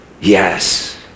Yes